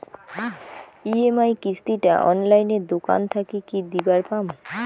EMI কিস্তি টা অনলাইনে দোকান থাকি কি দিবার পাম?